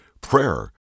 prayer